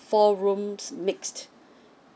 four rooms mixed